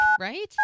Right